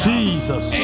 Jesus